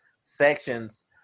sections